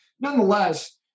nonetheless